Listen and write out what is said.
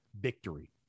victory